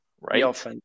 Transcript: Right